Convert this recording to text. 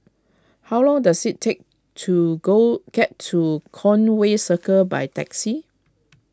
how long does it take to go get to Conway Circle by taxi